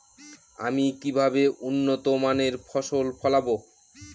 আমি কিভাবে উন্নত মানের ফসল ফলাব?